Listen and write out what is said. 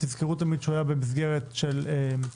תזכרו תמיד שהוא היה במסגרת ההסדרים,